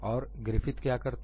और ग्रिफिथ क्या करते